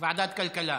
ועדת כלכלה.